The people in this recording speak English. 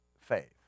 faith